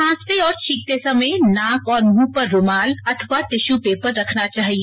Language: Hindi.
खांसते और छींकते समय नाक और मुंह पर रूमाल अथवा टिश्यू पेपर रखना चाहिए